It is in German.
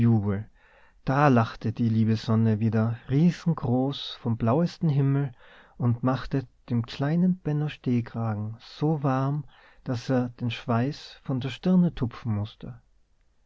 da lachte die liebe sonne wieder riesengroß vom blauesten himmel und machte dem kleinen benno stehkragen so warm daß er den schweiß von der stirne tupfen mußte